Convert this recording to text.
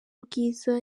ubwiza